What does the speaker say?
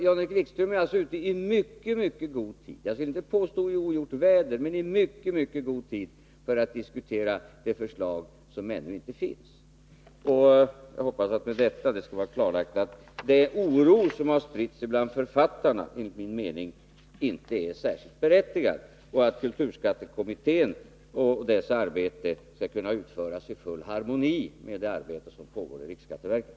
Jag vill inte påstå att Jan-Erik Wikström är ute i ogjort väder, men han är ute i mycket, mycket god tid för att diskutera det förslag som ännu inte finns. Jag hoppas att det med detta skall vara klarlagt att den oro som har spritt sig bland författarna enligt min mening inte är särskilt berättigad. Jag hoppas också att kulturskattekommitténs arbete skall kunna utföras i full harmoni med det arbete som pågår inom riksskatteverket.